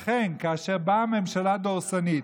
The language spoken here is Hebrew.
לכן כאשר באה ממשלה דורסנית,